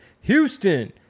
Houston